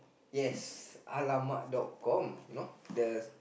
yes !alamak! dot com know the